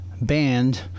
band